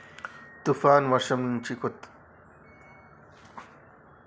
తుఫాన్ వర్షం నుండి కొత్తిమీర పంటను కాపాడుకోవడం ఎట్ల ఎటువంటి జాగ్రత్తలు తీసుకోవాలే?